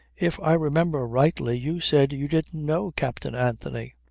if i remember rightly you said you didn't know captain anthony.